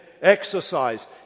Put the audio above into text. exercise